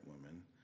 woman